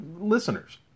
listeners